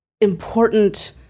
important